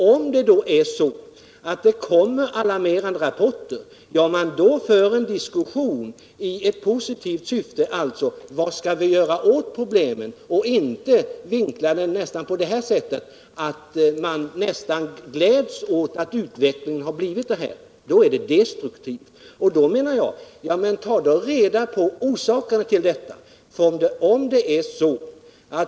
Om det kommer alarmerande rapporter och man för en diskussion i ett positivt syfte och undrar vad som skall kunna göras åt problemen är det ju bra, men om man inte gör det utan tvärtom vinklar problemen på ett sådant sätt att man nästan gläds åt att utvecklingen blivit sådan den blivit, så är det destruktivt. Man bör naturligtvis först ta reda på orsakerna till den ökade alkoholkonsumtionen hos barn och ungdomar.